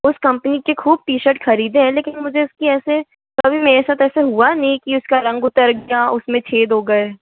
उस कंपनी की खूब टी शर्ट ख़रीदे हैं लेकिन मुझे उसकी ऐसे कभी मेरे साथ ऐसा हुआ नहीं कि उसका रंग उतर गया उसमें छेद हो गए